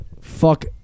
fuck